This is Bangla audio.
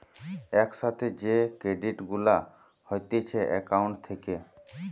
এক সাথে যে ক্রেডিট গুলা হতিছে একাউন্ট থেকে